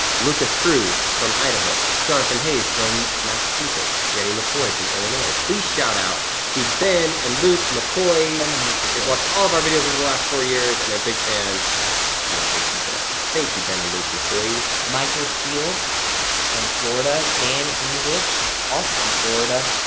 lucas cruz from idaho, jonathan hayes from massachusetts. jenny mccoy from illinois, please, shout-out to ben and luke mccoy. ben and luke mccoy. but they've watched all of our videos over the last four years and they're big fans and they say, keep it up. thank you, ben and luke mccoy. michael steele from florida, dan english also from florida,